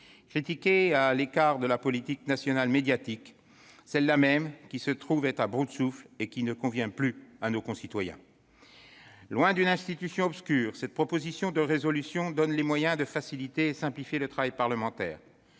critiquée car à l'écart de la politique médiatique, celle-là même qui se trouve être à bout de souffle et ne convient plus à nos concitoyens. Loin d'une institution obscure, cette proposition de résolution donne les moyens de faciliter et simplifier le travail parlementaire.